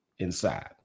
inside